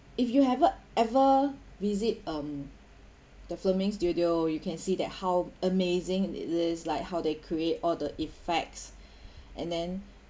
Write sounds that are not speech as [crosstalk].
if you have uh ever visit um the filming studio you can see that how amazing it is like how they create all the effects [breath] and then